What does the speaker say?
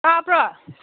ꯇꯥꯕ꯭ꯔꯣ